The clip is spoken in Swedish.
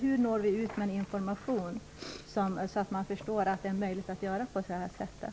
Hur når vi ut med information så att man förstår att det är möjligt att göra på det sättet?